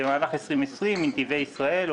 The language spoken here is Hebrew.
בתחילת שנה תקצבנו 70 מיליון שקלים ביתר,